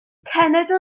cenedl